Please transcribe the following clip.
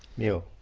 you.